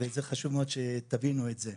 חשוב מאוד שתבינו את זה.